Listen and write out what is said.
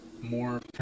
more